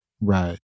right